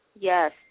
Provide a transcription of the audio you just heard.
Yes